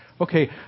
Okay